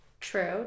true